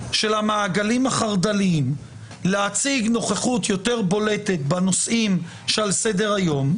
המעגלים החרד"ליים להציג נוכחות יותר בולטת בנושאים שעל סדר היום.